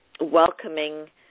welcoming